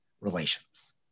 relations